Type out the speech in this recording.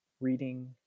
reading